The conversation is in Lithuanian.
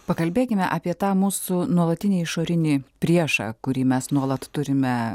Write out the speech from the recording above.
pakalbėkime apie tą mūsų nuolatinį išorinį priešą kurį mes nuolat turime